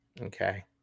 Okay